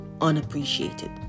unappreciated